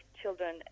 children